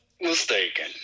mistaken